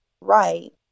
right